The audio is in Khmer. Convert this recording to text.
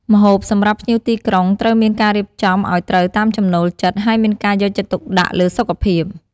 ម្ហូបសម្រាប់ភ្ញៀវទីក្រុងត្រូវមានការរៀបចំអោយត្រូវតាមចំណូលចិត្ត ហើយមានការយកចិត្តទុកដាក់លើសុខភាព។